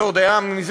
זה עוד היה מזמן,